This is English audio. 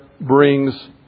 brings